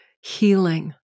healing